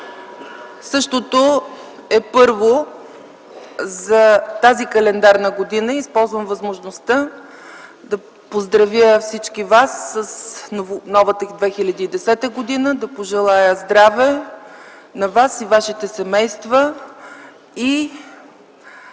е първо за тази календарна година и използвам възможността да поздравя всички вас с Новата 2010 г. Искам да пожелая здраве на вас и вашите семейства